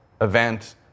event